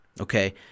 Okay